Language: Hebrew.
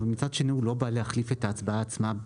ומצד שני הוא לא בא להחריג את ההצבעה עצמה,